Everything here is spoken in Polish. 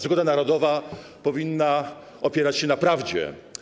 Zgoda narodowa powinna opierać się na prawdzie.